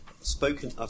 spoken